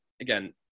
again